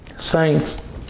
Saints